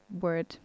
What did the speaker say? word